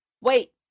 Wait